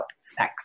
sex